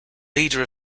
leader